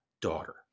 daughter